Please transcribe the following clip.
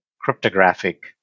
cryptographic